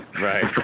Right